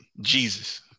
jesus